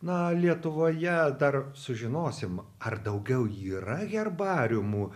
na lietuvoje dar sužinosim ar daugiau yra herbariumų